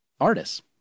artists